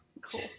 Cool